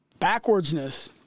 backwardsness